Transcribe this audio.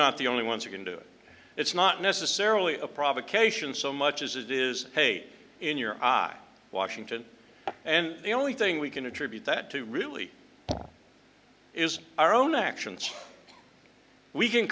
not the only ones are going to it's not necessarily a provocation so much as it is hate in your eyes washington and the only thing we can attribute that to really is our own actions we can